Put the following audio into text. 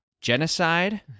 Genocide